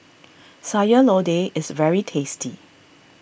Sayur Lodeh is very tasty